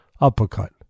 Uppercut